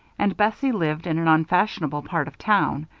and bessie lived in an unfashionable part of town.